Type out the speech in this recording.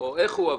איך הוא.